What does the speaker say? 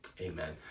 Amen